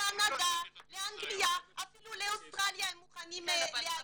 לקנדה, לאנגליה, אפילו לאוסטרליה הם מוכנים להגר.